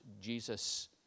Jesus